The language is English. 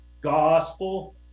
gospel